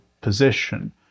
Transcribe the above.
position